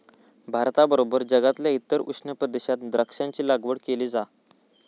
भारताबरोबर जगातल्या इतर उष्ण प्रदेशात द्राक्षांची लागवड केली जा